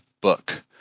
book